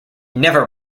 never